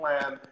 plan